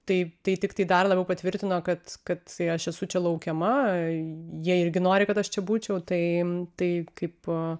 taip tai tiktai dar labiau patvirtino kad kad aš esu čia laukiama jie irgi nori kad aš čia būčiau tai tai kaip